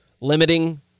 limiting